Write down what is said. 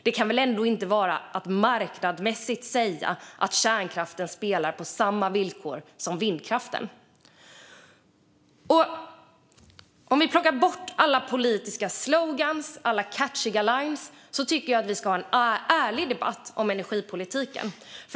Det kan väl ändå inte sägas vara marknadsmässigt och en situation där kärnkraften spelar på samma villkor som vindkraften. Jag tycker att vi ska plocka bort alla politiska slogans och catchiga lines och ha en ärlig debatt om energipolitiken.